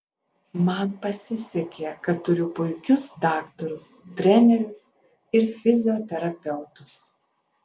man pasisekė kad turiu puikius daktarus trenerius ir fizioterapeutus